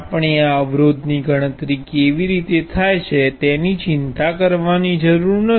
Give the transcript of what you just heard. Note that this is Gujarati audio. આપણે આ અવરોધની ગણતરી કેવી રીતે થાય છે તેની ચિંતા કરવાની જરૂર નથી